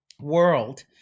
world